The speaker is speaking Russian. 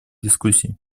дискуссий